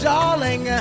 Darling